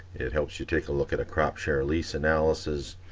it helps you take a look at a crop share lease analysis.